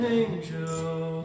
angel